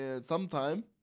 sometime